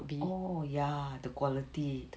oh ya the quality